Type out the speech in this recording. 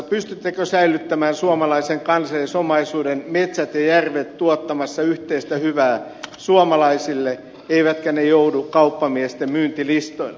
pystyttekö säilyttämään suomalaisen kansallisomaisuuden metsät ja järvet tuottamassa yhteistä hyvää suomalaisille niin että ne eivät joudu kauppamiesten myyntilistoille